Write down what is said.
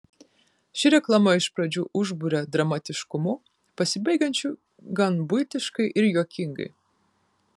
ši reklama iš pradžių užburia dramatiškumu pasibaigiančiu gan buitiškai ir juokingai